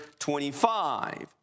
25